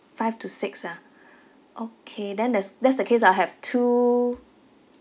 five to six ah okay then that's that's the case I'll have two